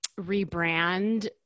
rebrand